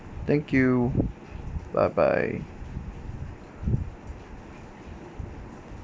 thank you bye bye